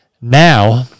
Now